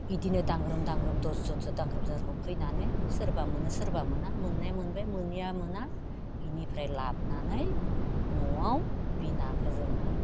बिदिनो दांग्रोम दांग्रोम दसजोनसो दांग्रोम दांग्रोम फैनानै सोरबा मोनो सोरबा मोना मोननाया मोनबाय मोनैया मोना बेनिफ्राय लाबोनानै न'आव बे नाखौ जोङो